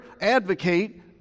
advocate